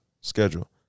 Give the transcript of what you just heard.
schedule